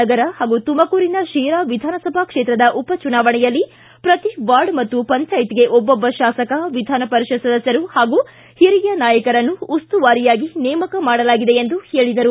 ನಗರ ಹಾಗು ತುಮಕೂರಿನ ಶಿರಾ ವಿಧಾನಸಭಾ ಕ್ಷೇತ್ರದ ಉಪ ಚುನಾವಣೆಯಲ್ಲಿ ಪ್ರತಿ ವಾರ್ಡ್ ಹಾಗೂ ಪಂಜಾಯತ್ಗೆ ಒಬ್ಲೊಬ್ಲ ಶಾಸಕ ವಿಧಾನಪರಿಷತ್ ಸದಸ್ಯರು ಪಾಗು ಹಿರಿಯ ನಾಯಕರನ್ನು ಉಸ್ತುವಾರಿ ಯಾಗಿ ನೇಮಕ ಮಾಡಲಾಗಿದೆ ಎಂದು ಪೇಳಿದರು